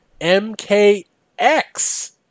MKX